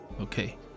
Okay